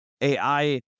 AI